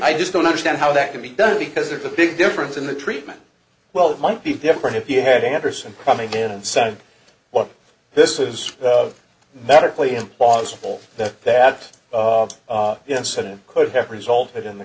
i just don't understand how that can be done because there's a big difference in the treatment well it might be different if you had anderson coming in and sort of what this was of medically implausible that that incident could have resulted in the